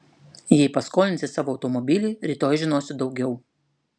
jei paskolinsi savo automobilį rytoj žinosiu daugiau